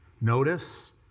Notice